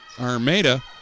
Armada